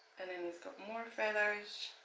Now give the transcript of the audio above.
and then we've got more feathers